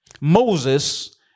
Moses